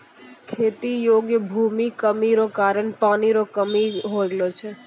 खेती योग्य भूमि कमी रो कारण पानी रो कमी हो गेलौ छै